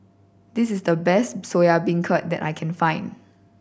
this is the best Soya Beancurd that I can find